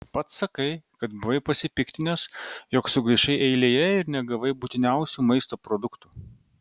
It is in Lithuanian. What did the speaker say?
pats sakai kad buvai pasipiktinęs jog sugaišai eilėje ir negavai būtiniausių maisto produktų